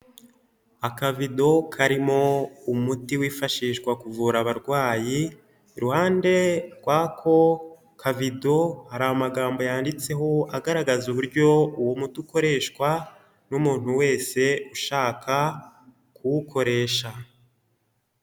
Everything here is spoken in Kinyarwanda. Akabido karimo umuti wifashishwa kuvura abarwayi, iruhande rw'ako kabido hari amagambo yanditseho agaragaza uburyo uwo muti ukoreshwa n'umuntu wese ushaka kuwukoresha.